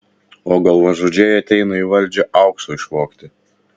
o galvažudžiai ateina į valdžią aukso išvogti